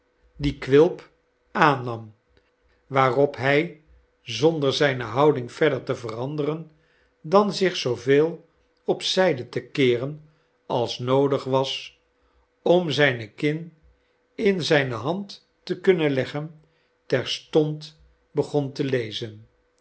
dien quilp aannam waarop hij zonder z'y'ne houding verder te veranderen dan zich zooveel op zijde te keeren als noodig was om zijne kin in zijne hand te kunnen leggen terstond begon te lezen